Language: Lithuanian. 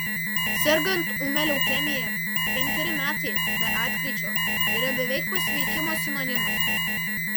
sergant ūmia leukemija penkeri metai be atkryčio yra beveik pasveikimo sinonimas